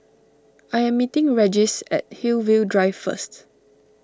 I am meeting Regis at Hillview Drive first